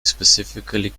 specifically